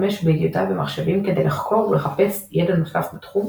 בידיעותיו במחשבים כדי לחקור ולחפש ידע נוסף בתחום,